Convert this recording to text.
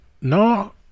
No